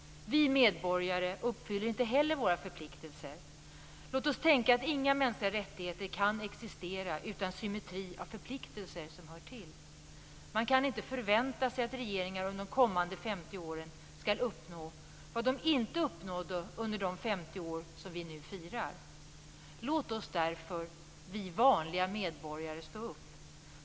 Vi medborgare uppfyller inte heller våra förpliktelser. Låt oss tänka att inga mänskliga rättigheter kan existera utan symmetri av förpliktelser som hör till. Man kan inte förvänta sig att regeringar under de kommande femtio åren skall uppnå vad de inte uppnådde under de femtio år vi nu firar. Låt oss därför, vi vanliga medborgare stå upp.